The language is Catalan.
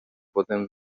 podem